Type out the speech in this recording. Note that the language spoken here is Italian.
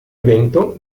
evento